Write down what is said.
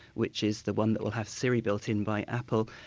which is the one that will have siri built in by apple.